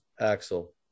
Axel